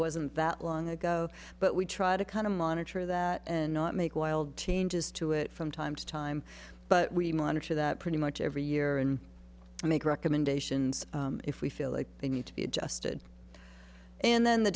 wasn't that long ago but we try to kind of monitor that and not make wild to changes to it from time to time but we monitor that pretty much every year and make recommendations if we feel like they need to be adjusted and then the